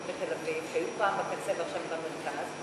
של תל-אביב שהיו פעם בקצה ועכשיו הן במרכז,